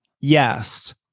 yes